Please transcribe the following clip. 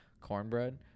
cornbread